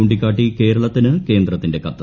ചൂിക്കാട്ടി കേരളത്തിന് കേന്ദ്രത്തിന്റെ കത്ത്